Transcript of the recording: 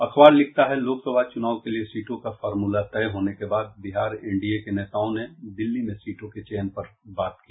अखबार लिखता है लोकसभा चुनाव के लिए सीटों का फामूला तय होने के बाद बिहार एनडीए के नेताओं ने दिल्ली में सीटों के चयन पर बात की